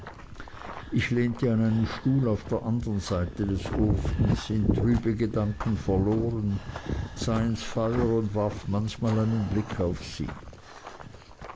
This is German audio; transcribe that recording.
ich lehnte an einem stuhl auf der andern seite des ofens in trübe gedanken verloren sah ins feuer und warf manchmal einen blick auf sie